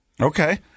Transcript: Okay